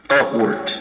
upward